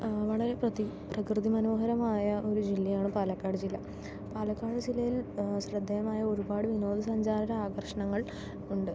വളരെ പ്രതി പ്രകൃതി മനോഹരമായ ഒരു ജില്ലയാണ് പാലക്കാട് ജില്ല പാലക്കാട് ജില്ലയിൽ ശ്രദ്ധേയമായ ഒരുപാട് വിനോദസഞ്ചാര ആകർഷണങ്ങൾ ഉണ്ട്